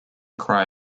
cry